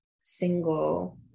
single